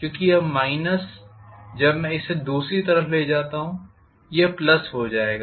क्योंकि यह माइनस जब मैं इसे दूसरी तरफ ले जाता हूं यह प्लस हो जाएगा